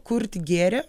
kurti gėrį